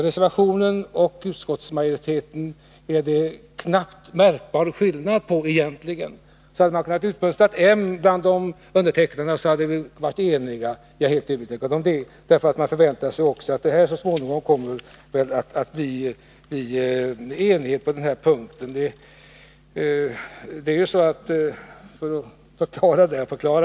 Det är egentligen knappast någon märkbar skillnad mellan reservation och utskottsmajoritet. Hade man kunnat utmönstra en bland undertecknarna, så hade vi varit eniga, det är jag helt övertygad om. Man förväntar sig också att det så småningom kommer att bli enighet på den här punkten.